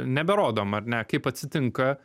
neberodom ar ne kaip atsitinka